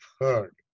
third